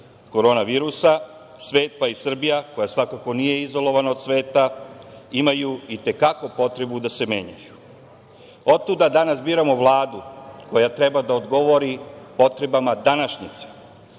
Korona virusa, svet, pa i Srbija koja svakako nije izolovana od svega imaju i te kako potrebu da se menjaju. Otuda danas biramo vladu koja treba da odgovori potrebama današnjice,